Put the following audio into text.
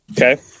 Okay